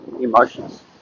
emotions